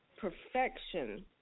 perfection